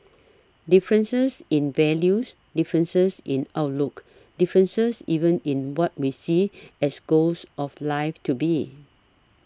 differences in values differences in outlooks differences even in what we see as goals of life to be